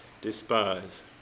despise